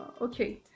okay